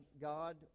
God